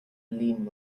lean